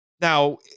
Now